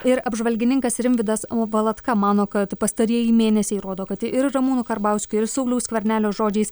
ir apžvalgininkas rimvydas valatka mano kad pastarieji mėnesiai rodo kad ir ramūno karbauskio ir sauliaus skvernelio žodžiais